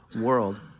world